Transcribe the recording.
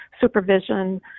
supervision